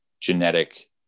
genetic